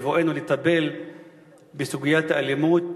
בבואנו לטפל בסוגיית האלימות,